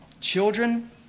Children